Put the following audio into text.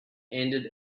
ended